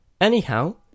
Anyhow